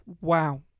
Wow